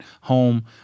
home